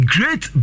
Great